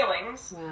feelings